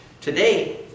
today